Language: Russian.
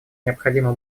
необходимо